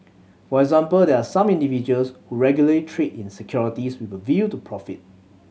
for example there are some individuals who regularly trade in securities with a view to profit